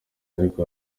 ariko